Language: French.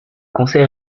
conseil